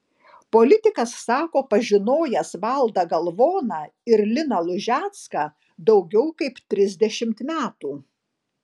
politikas sako pažinojęs valdą galvoną ir liną lužecką daugiau kaip trisdešimt metų